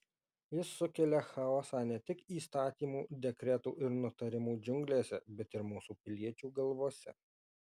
jis sukelia chaosą ne tik įstatymų dekretų ir nutarimų džiunglėse bet ir mūsų piliečių galvose